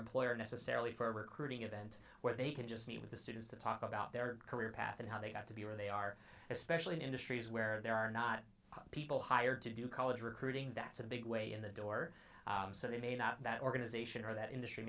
employer necessarily for recruiting event where they can just meet with the students to talk about their career path and how they got to be where they are especially in industries where there are not people hired to do college recruiting that's a big way in the door so they may not that organization or that industry